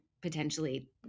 potentially